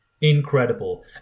Incredible